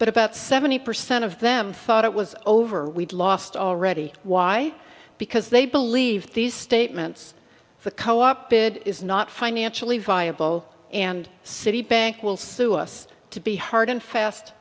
but about seventy percent of them thought it was over we'd lost already why because they believe these statements the co op bid is not financially viable and citibank will sue us to be hard and fast